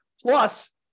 Plus